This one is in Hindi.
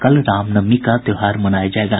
कल रामनवमी का त्योहार मनाया जायेगा